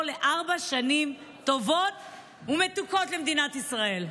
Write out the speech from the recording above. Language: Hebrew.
לארבע שנים טובות ומתוקות למדינת ישראל.